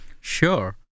Sure